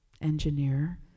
engineer